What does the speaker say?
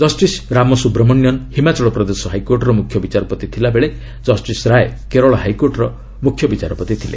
justice Ramasubramanian Himachal Pradesh ହାଇକୋର୍ଟର ମୁଖ୍ୟବିଚାରପତି ଥିବାବେଳେ ଜଷ୍ଟିସ ରୟ କେରଳ ହାଇକୋର୍ଟର ମୁଖ୍ୟବିଚାରପତି ଥିଲେ